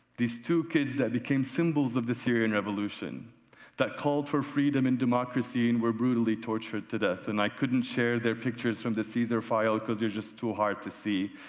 these two kids that became symbols of the syrian revolution that called for freedom and de-mac craw see and were brutally tortured to death and i couldn't share their pictures from the caesar file because they're just too hard to see,